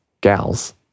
gals